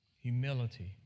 Humility